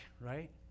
right